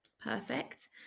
Perfect